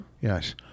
Yes